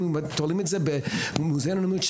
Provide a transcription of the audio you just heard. אם היו תולים את זה במוזיאון שמה,